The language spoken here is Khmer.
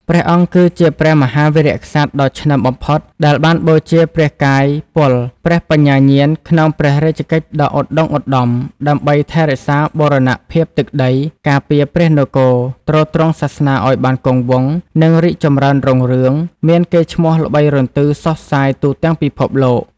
ព្រះអង្គគឺជាព្រះមហាវីរក្សត្រដ៏ឆ្នើមបំផុត ដែលបានបូជាព្រះកាយពល ព្រះបញ្ញាញាណក្នុងព្រះរាជកិច្ចដ៏ឧត្ដុង្គឧត្ដម ដើម្បីថែរក្សាបូរណភាពទឹកដី ការពារព្រះនគរ ទ្រទ្រង់សាសនាឱ្យបានគង់វង្ស និងរីកចម្រើនរុងរឿង មានកេរ្តិ៍ឈ្មោះល្បីរន្ទឺសុសសាយទូទាំងពិភពលោក។